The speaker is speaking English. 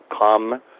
come